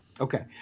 Okay